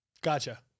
Gotcha